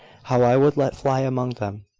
how i would let fly among them!